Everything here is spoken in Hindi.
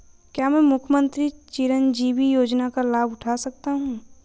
क्या मैं मुख्यमंत्री चिरंजीवी योजना का लाभ उठा सकता हूं?